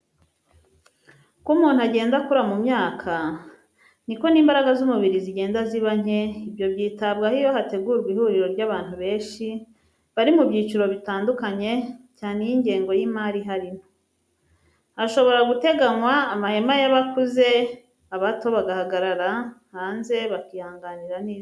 Uko umuntu agenda akura mu myaka niko n'imbaraga z'umubiri zigenda ziba nke, ibyo byitabwaho iyo hategurwa ihuriro ry'abantu benshi, bari mu byiciro bitandukanye, cyane iyo ingengo y'imari ihari nto; hashobora guteganywa amahema y'abakuze, abato bagahagarara hanze bakihanganira n'izuba.